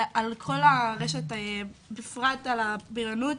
על כל הרשת, בפרט, על הבריונות.